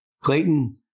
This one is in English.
Clayton